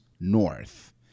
north